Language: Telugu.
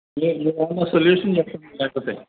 లేదు ఏదన్నా సొల్యూషన్ చెప్పండి లేకపోతే